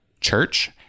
church